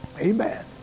Amen